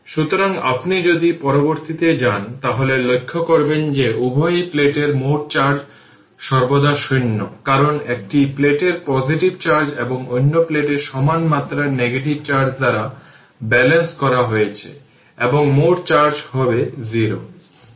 সুতরাং i L 0 প্রাথমিকভাবে এটি 2 অ্যাম্পিয়ার হবে কারণ এটি একটি শর্ট সার্কিট হিসাবে কাজ করছে কারণ সুইচটি দীর্ঘদিন ক্লোজ থাকার পরে এটি ওপেন করা হয়েছিল